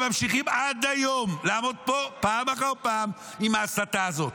והם ממשיכים עד היום לעמוד פה פעם אחר פעם עם ההסתה הזאת.